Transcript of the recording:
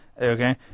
Okay